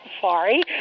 sorry